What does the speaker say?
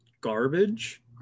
garbage